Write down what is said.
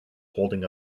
holding